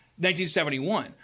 1971